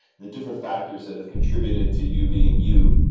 the different factors that have contributed to you being you.